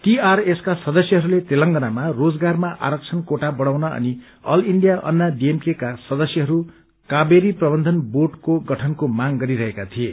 TRS का सदस्य तेलगानामा रोजगारमा आरक्षण कोटा बढ़ाउन अनि अल इण्डिया अन्त्रा डीएमके का सदस्य काबेरी प्रबन्धन बोर्डेको गठनको माग गरिरहेका थिए